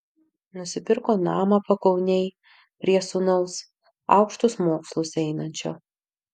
nusipirko namą pakaunėj prie sūnaus aukštus mokslus einančio